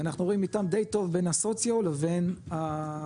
ואנחנו רואים מתאם די טוב בין הסוציו לבין הצריכה,